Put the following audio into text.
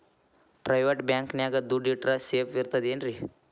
Private bank ನ್ಯಾಗ್ ದುಡ್ಡ ಇಟ್ರ ಸೇಫ್ ಇರ್ತದೇನ್ರಿ?